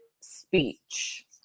speech